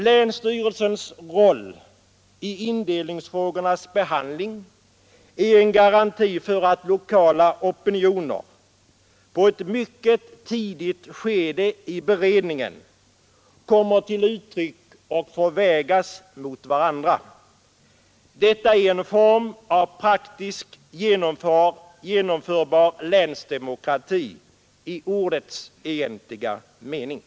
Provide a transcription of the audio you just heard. Länsstyrelsens roll i indelningsfrågornas behandling är en garanti för att lokala opinioner — på ett mycket tidigt skede i beredningen — kommer till uttryck och får vägas mot varandra. Detta är en form av praktiskt genomförbar länsdemokrati i ordets egentliga mening.